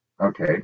Okay